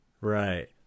Right